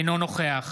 אינו נוכח